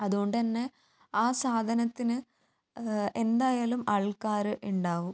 അതുകൊണ്ടു തന്നെ ആ സാധനത്തിന് എന്തായാലും ആൾക്കാർ ഉണ്ടാവും